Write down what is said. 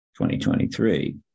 2023